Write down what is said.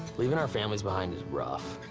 leaving our families behind is rough.